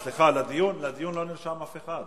סליחה, לדיון לא נרשם אף אחד.